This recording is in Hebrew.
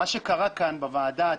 מה שקרה כאן בוועדה,